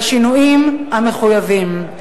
בשינויים המחויבים.